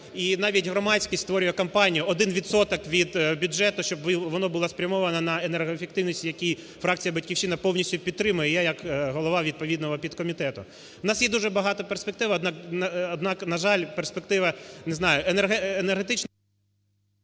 І навіть громадськість створює кампанію, один відсоток від бюджету, щоб вона була спрямована на енергоефективність, яку фракція "Батьківщина" повністю підтримує і я як голова відповідного підкомітету. У нас є дуже багато перспектив, однак, на жаль, перспектива не знаю